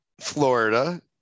Florida